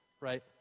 right